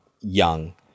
young